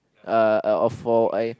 uh of for A